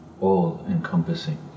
all-encompassing